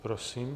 Prosím.